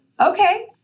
okay